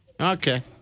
Okay